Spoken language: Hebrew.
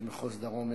פרקליט מחוז דרום,